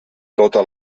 tota